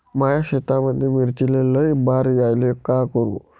माया शेतामंदी मिर्चीले लई बार यायले का करू?